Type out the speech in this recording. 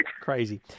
Crazy